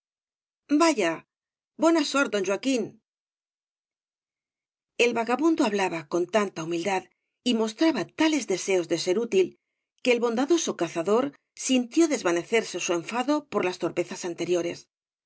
vaya hona sort don joaquín el vagabundo hablaba con tanta humildad j mostraba tales deseos de ser útil que el bondadoso cazador sintió desvanecerse su enfado por las torpezas anteriores